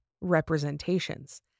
representations